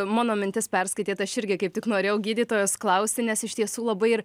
mano mintis perskaitėt aš irgi kaip tik norėjau gydytojos klausti nes iš tiesų labai ir